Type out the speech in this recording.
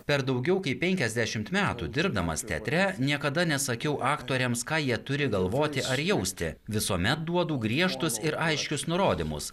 per daugiau kaip penkiasdešimt metų dirbdamas teatre niekada nesakiau aktoriams ką jie turi galvoti ar jausti visuomet duodu griežtus ir aiškius nurodymus